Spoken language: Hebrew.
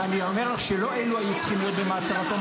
ואני אומר לך שלא אלו היו צריכים להיות במעצר עד תום